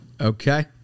Okay